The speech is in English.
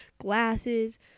glasses